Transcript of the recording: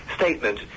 Statement